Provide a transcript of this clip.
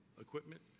equipment